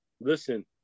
Listen